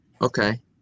okay